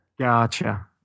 Gotcha